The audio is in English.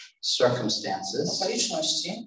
circumstances